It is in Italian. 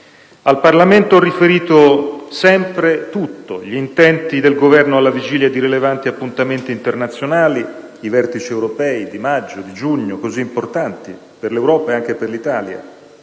al Parlamento ho riferito sempre tutto: gli intenti del Governo alla vigilia di rilevanti appuntamenti internazionali (i Vertici europei di maggio e giugno, così importanti per l'Europa e anche per l'Italia),